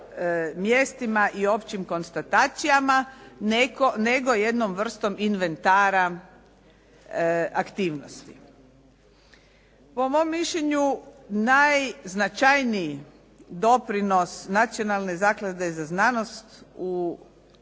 mjestima i općim konstatacijama, nego jednom vrstom inventara aktivnosti. Po mom mišljenju, najznačajniji doprinos Nacionalne zaklade za znanost u